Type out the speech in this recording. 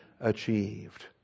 achieved